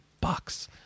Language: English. bucks